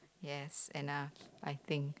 yes enough I think